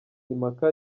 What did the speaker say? impaka